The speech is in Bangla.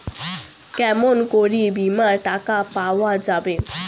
কেমন করি বীমার টাকা পাওয়া যাবে?